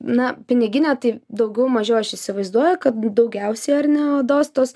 na piniginė tai daugiau mažiau aš įsivaizduoju kad daugiausia ar ne odos tos